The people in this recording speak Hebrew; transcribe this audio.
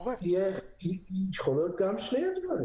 יכול להיות שני הדברים.